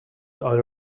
all